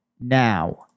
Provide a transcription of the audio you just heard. Now